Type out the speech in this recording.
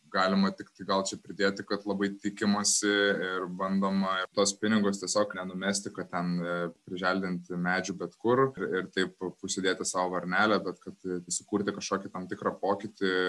galima tik gal čia pridėti kad labai tikimasi ir bandoma tuos pinigus tiesiog nenumesti kad ten priželdinti medžių bet kur ir taip užsidėti sau varnelę bet kad sukurti kažkokį tam tikrą pokytį